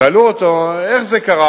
שאלו אותו: איך זה קרה?